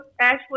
Ashley